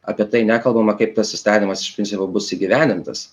apie tai nekalbama kaip tas įstatymas iš principo bus įgyvendintas